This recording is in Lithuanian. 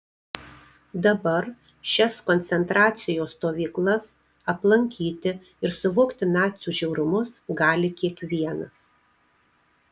dabar šias koncentracijos stovyklas aplankyti ir suvokti nacių žiaurumus gali kiekvienas